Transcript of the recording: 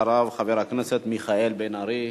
אחריו, חבר הכנסת מיכאל בן-ארי.